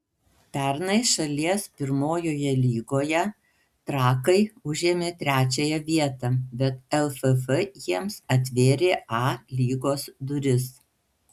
pernai šalies pirmojoje lygoje trakai užėmė trečiąją vietą bet lff jiems atvėrė a lygos duris